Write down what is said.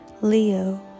Leo